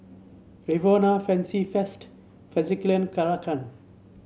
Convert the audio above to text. Rexona Fancy Feast Fjallraven Kanken